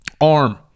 arm